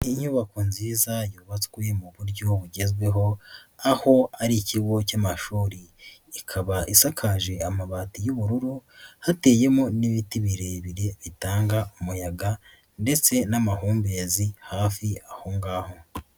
Inyubako nziza yubatswe mu buryo bugezweho aho ari ikigo cy'amashuri ikaba isakaje amabati y'ubururu hateyemo n'ibiti birebire bitanga umuyaga ndetse n'amahumbezi hafi aho ngaho.